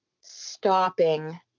stopping